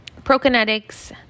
Prokinetics